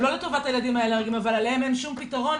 לא לטובת הילדים האלרגיים אבל עליהם אין שום פתרון,